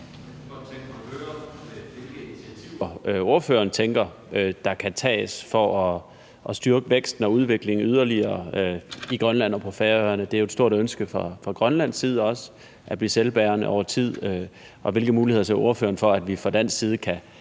ordføreren tænker der kan tages for at styrke væksten og udviklingen yderligere i Grønland og på Færøerne. Det er jo et stort ønske fra Grønlands side at blive selvbærende over tid, og hvilke muligheder ser ordføreren for, at vi fra dansk side kan